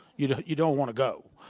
you know you don't want to go.